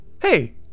hey